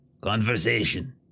Conversation